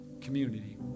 community